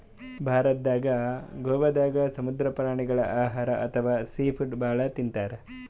ಭಾರತದ್ ಗೋವಾದಾಗ್ ಸಮುದ್ರ ಪ್ರಾಣಿಗೋಳ್ ಆಹಾರ್ ಅಥವಾ ಸೀ ಫುಡ್ ಭಾಳ್ ತಿಂತಾರ್